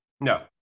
No